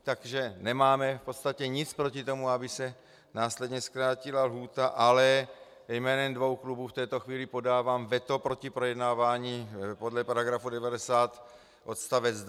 Takže nemáme v podstatě nic proti tomu, aby se následně zkrátila lhůta, ale jménem dvou klubů v této chvíli podávám veto proti projednávání podle § 90 odst.